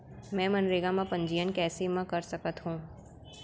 मैं मनरेगा म पंजीयन कैसे म कर सकत हो?